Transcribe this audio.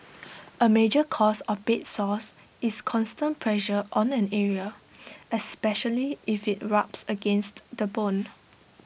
A major cause of bed sores is constant pressure on an area especially if IT rubs against the bone